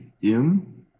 Doom